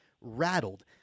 rattled